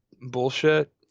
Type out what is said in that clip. bullshit